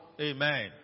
Amen